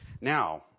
Now